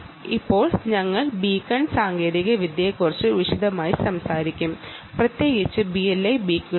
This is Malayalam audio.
ഇപ്പോൾ ഞങ്ങൾ ബീക്കൺ സാങ്കേതികവിദ്യയെക്കുറിച്ച് വിശദമായി സംസാരിക്കും പ്രത്യേകിച്ച് BLE ബീക്കണുകൾ